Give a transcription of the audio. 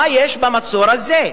מה יש במצור הזה?